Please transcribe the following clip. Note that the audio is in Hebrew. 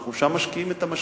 אנחנו משקיעים שם את המשאבים.